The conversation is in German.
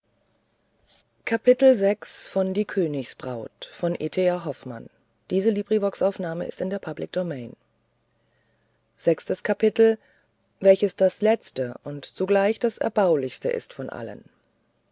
welches das letzte und zugleich das erbaulichste ist von allen